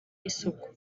isuku